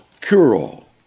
cure-all